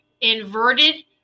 inverted